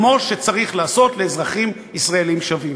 כמו שצריך לעשות לאזרחים ישראלים שווים.